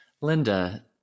Linda